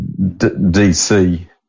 DC